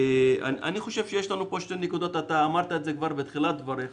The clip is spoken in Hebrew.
אמרת בתחילת דבריך.